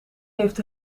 heeft